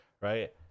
right